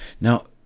Now